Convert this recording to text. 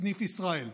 סניף ישראל.